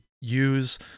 use